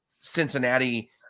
Cincinnati